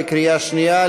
בקריאה שנייה,